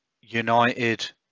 United